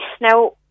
Now